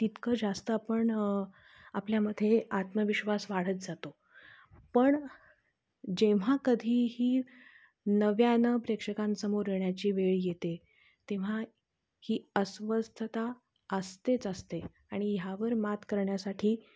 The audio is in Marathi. तितकं जास्त आपण आपल्यामध्ये आत्मविश्वास वाढत जातो पण जेव्हा कधीही नव्यानं प्रेक्षकांसमोर येण्याची वेळ येते तेव्हा ही अस्वस्थता असतेच असते आणि ह्यावर मात करण्यासाठी